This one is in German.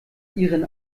ihren